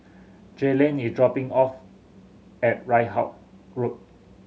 Jaylen is dropping off at Ridout Road